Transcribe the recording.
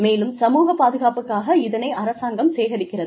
மேலும் சமூக பாதுகாப்புக்காக இதனை அரசாங்கம் சேகரிக்கிறது